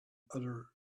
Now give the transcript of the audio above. other